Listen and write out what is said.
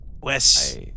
Wes